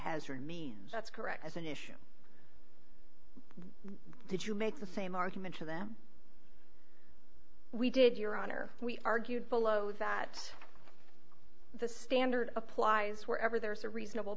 hazara mean that's correct as an issue did you make the same argument to them we did your honor we argued below that the standard applies wherever there's a reasonable